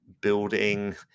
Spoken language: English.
building